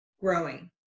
growing